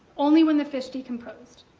only when the fish decomposed.